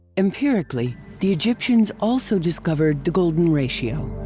empirically, the egyptians also discovered the golden ratio.